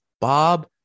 Bob